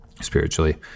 spiritually